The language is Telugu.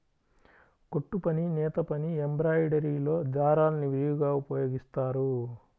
కుట్టుపని, నేతపని, ఎంబ్రాయిడరీలో దారాల్ని విరివిగా ఉపయోగిస్తారు